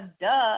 duh